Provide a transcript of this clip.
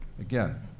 Again